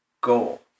goal